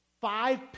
five